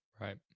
Right